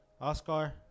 Oscar